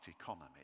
economy